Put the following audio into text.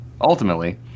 ultimately